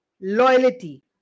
loyalty